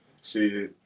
see